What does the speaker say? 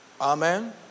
Amen